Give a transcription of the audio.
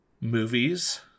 movies